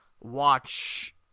watch